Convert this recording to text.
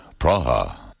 Praha